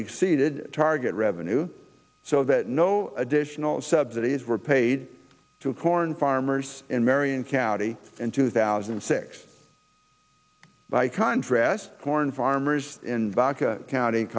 exceeded target revenue so that no additional subsidies were paid to corn farmers in marion county in two thousand and six by contrast corn farmers in the county